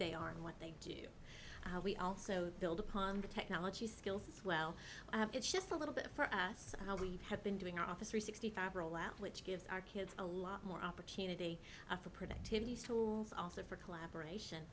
they are and what they are we also build upon the technology skills as well it's just a little bit for us how we have been doing our office three sixty five rollout which gives our kids a lot more opportunity for productivity schools also for collaboration